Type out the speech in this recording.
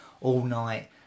all-night